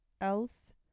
Else